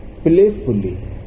playfully